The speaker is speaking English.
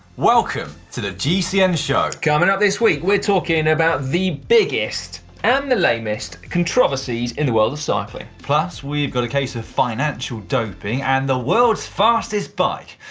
welcome to the gcn show. coming up this week, we're talking about the biggest, and the lamest controversies in the world of cycling. plus we've got a case of financial doping, and the world's fastest bike,